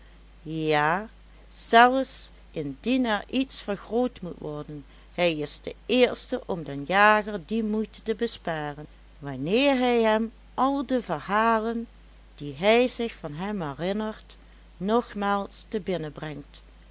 ja zelfs indien er iets vergroot moet worden hij is de eerste om den jager die moeite te besparen wanneer hij hem al de verhalen die hij zich van hem herinnert nogmaals te